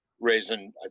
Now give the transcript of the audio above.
raising